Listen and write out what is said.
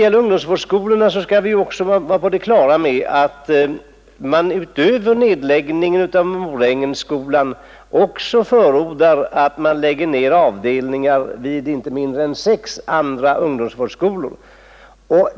Vi skall vara på det klara med att departementet, förutom nedläggning av Morängens ungdomsvårdsskola, förordar nedläggning av avdelningar vid inte mindre än sex andra ungdomsvårdsskolor.